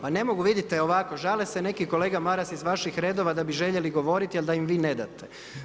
Ma ne mogu vidite ovako, žale se neki kolega Maras, iz vaših redova da bi željeli govoriti ali da im vi ne date.